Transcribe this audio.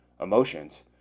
emotions